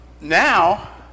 now